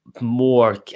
more